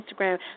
Instagram